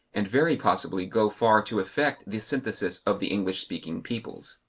and very possibly go far to effect the synthesis of the english-speaking peoples.